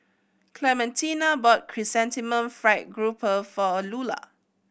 Clementina bought Chrysanthemum Fried Grouper for Lulah